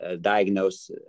diagnose